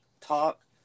talk